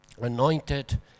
anointed